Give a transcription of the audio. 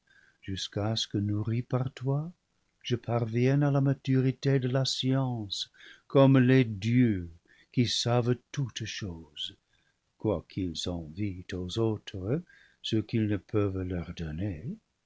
jusqu'à ce que nourrie par toi je parvienne à la maturité de la science comme les dieux qui savent toutes choses quoiqu'ils envient aux autres ce qu'ils ne peuvent leur donner